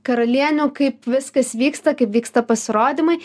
karalienių kaip viskas vyksta kaip vyksta pasirodymai